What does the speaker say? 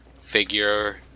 figure